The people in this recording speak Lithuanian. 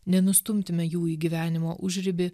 nenustumtume jų į gyvenimo užribį